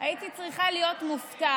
הייתי צריכה להיות מופתעת,